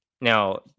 now